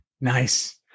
nice